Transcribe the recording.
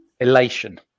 elation